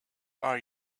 are